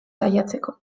saiatzeko